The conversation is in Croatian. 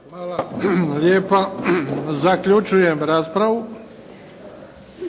Hvala lijepa. Zaključujem raspravu.